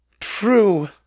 True